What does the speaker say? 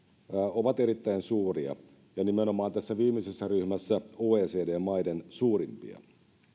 ovat erittäin suuria ja nimenomaan tässä viimeisessä ryhmässä oecd maiden suurimpia